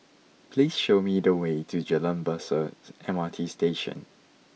please show me the way to Jalan Besar M R T Station